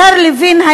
השר לוין,